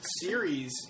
series